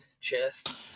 chest